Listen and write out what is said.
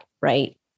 right